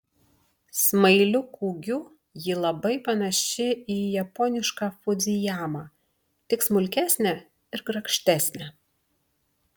smailiu kūgiu ji labai panaši į japonišką fudzijamą tik smulkesnę ir grakštesnę